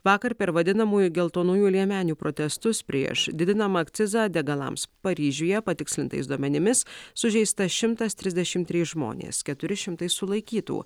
vakar per vadinamųjų geltonųjų liemenių protestus prieš didinamą akcizą degalams paryžiuje patikslintais duomenimis sužeista šimtas triasdešimt trys žmonės keturi šimtai sulaikytų